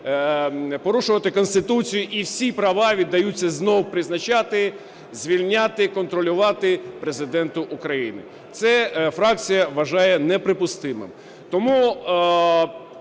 порушувати Конституцію, і всі права віддаються знову призначати, звільняти, контролювати Президенту України. Це фракція вважає неприпустимим.